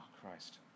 Christ